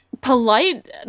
polite